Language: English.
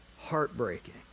heartbreaking